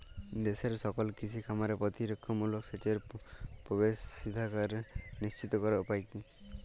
দেশের সকল কৃষি খামারে প্রতিরক্ষামূলক সেচের প্রবেশাধিকার নিশ্চিত করার উপায় কি?